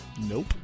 Nope